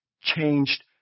changed